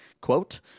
quote